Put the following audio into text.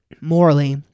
morally